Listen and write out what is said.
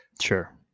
Sure